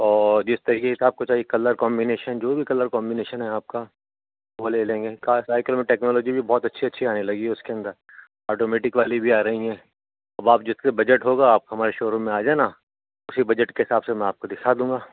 اور جس طریقے سے آپ کو چاہیے کلر کامبینیشن جو بھی کلر کامبینیشن ہے آپ کا وہ لے لیں گے کہا سائیکل میں ٹیکنالوجی بھی بہت اچھی اچھی آنے لگی ہے اس کے اندر آٹومیٹک والی بھی آ رہی ہیں اب آپ جس کے بجٹ ہوگا آپ ہمارے شو روم میں آ جانا اسی بجٹ کے حساب سے میں آپ کو دکھا دوں گا